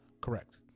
Correct